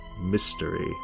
mystery